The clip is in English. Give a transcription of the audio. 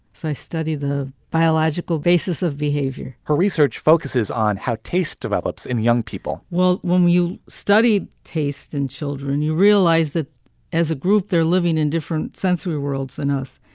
so i study the biological basis of behavior her research focuses on how taste develops in young people well, when you study taste in children, you realize that as a group they're living in different sensory worlds than us.